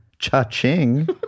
Cha-ching